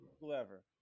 whoever